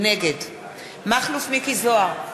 נגד מכלוף מיקי זוהר,